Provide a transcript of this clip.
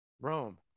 Rome